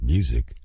Music